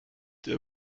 der